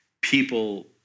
people